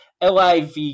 LIV